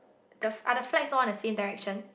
the are the flags all in the same direction